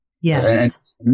Yes